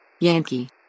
Yankee